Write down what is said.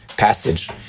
passage